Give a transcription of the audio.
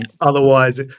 Otherwise